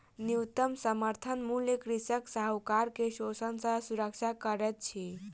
न्यूनतम समर्थन मूल्य कृषक साहूकार के शोषण सॅ सुरक्षा करैत अछि